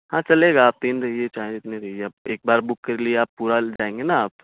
ہاں چلے گا آپ تین رہیے چاہے جتنے رہیے آپ ایک بار بک کر لیا اب پورا لے جائیں گے نا آپ